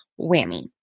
whammy